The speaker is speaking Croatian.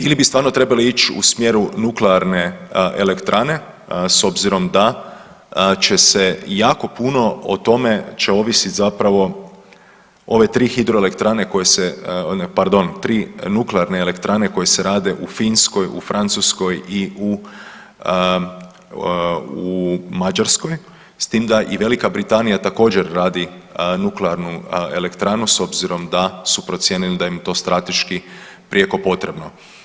Ili bi stvarno trebali ići u smjeru nuklearne elektrane s obzirom da će se jako puno o tome će ovisiti zapravo ove tri hidroelektrane koje se, pardon tri nuklearne elektrane koje se rade u Finskoj, u Francuskoj i u Mađarskoj s tim da i Velika Britanija također radi nuklearnu elektranu s obzirom da su procijenili da im je to strateški prijeko potrebno.